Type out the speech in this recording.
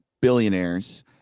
billionaires